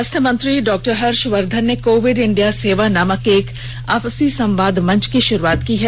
स्वास्थ्य मंत्री डॉक्टर हर्षवर्धन ने कोविड इंडिया सेवा नामक एक आपसी संवाद मंच की शुरूआत की है